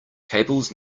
cables